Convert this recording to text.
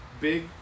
big